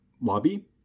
lobby